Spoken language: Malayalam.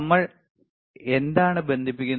നമ്മൾ എന്താണ് ബന്ധിപ്പിക്കുന്നത്